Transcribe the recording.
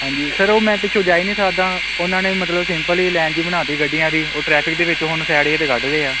ਹਾਂਜੀ ਸਰ ਉਹ ਮੈਂ ਪਿੱਛੋਂ ਜਾ ਹੀ ਨਹੀਂ ਸਕਦਾ ਉਹਨਾਂ ਨੇ ਮਤਲਬ ਸਿੰਪਲ ਹੀ ਲੈਨ ਜੀ ਬਣਾ ਦਿੱਤੀ ਗੱਡੀਆਂ ਦੀ ਉਹ ਟਰੈਫਿਕ ਦੇ ਵਿੱਚ ਹੁਣ ਸੈਡ ਜਿਹੇ ਤੋਂ ਕੱਢ ਰਹੇ ਆ